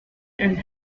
and